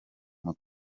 guma